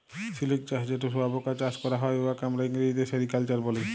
সিলিক চাষ যেট শুঁয়াপকা চাষ ক্যরা হ্যয়, উয়াকে আমরা ইংরেজিতে সেরিকালচার ব্যলি